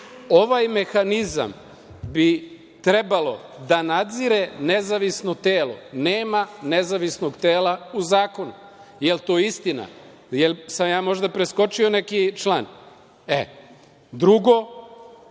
mehanizam bi trebalo da nadzire nezavisno telo. Nema nezavisnog tela u zakonu. Da li je to istina? Da li sam možda preskočio neki član? Drugo,